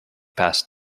past